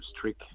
Trick